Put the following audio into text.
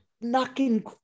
knocking